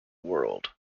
world